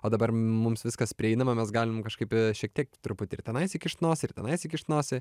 o dabar mums viskas prieinama mes galim kažkaip šiek tiek truputį ir tenais įkišt nosį ir tenais įkišt nosį